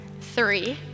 Three